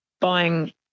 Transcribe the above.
buying